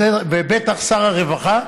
ובטח שר הרווחה,